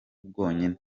bwonyine